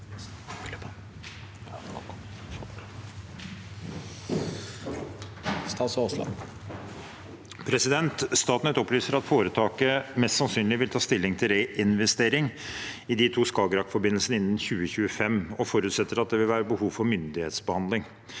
Statnett opply- ser at foretaket mest sannsynlig vil ta stilling til reinvestering i de to Skagerrak-forbindelsene innen 2025 og forutsetter at det vil være behov for myndighetsbehandling.